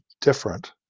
different